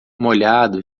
molhado